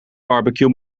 barbecue